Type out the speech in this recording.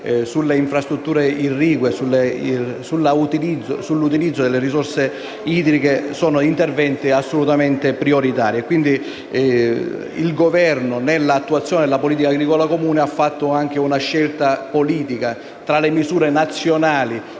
sulle infrastrutture irrigue e sull’utilizzo delle risorse idriche siano assolutamente prioritari. Il Governo, nell’attuazione della politica agricola comune, ha fatto anche una scelta politica: tra le misure nazionali